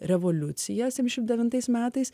revoliucija septyniasdešimt devintais metais